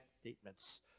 statements